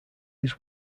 his